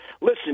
Listen